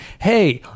hey